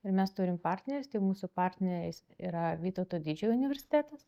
ir mes turim partnerius tai mūsų partneriais yra vytauto didžiojo universitetas